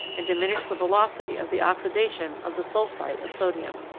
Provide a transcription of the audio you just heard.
and diminish the velocity of the oxidation of the sulphite of sodium.